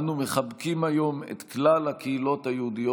אנו מחבקים היום את כלל הקהילות היהודיות